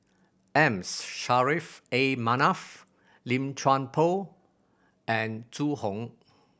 M Saffri A Manaf Lim Chuan Poh and Zhu Hong